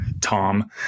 Tom